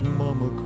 mama